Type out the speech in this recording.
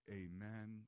amen